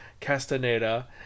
Castaneda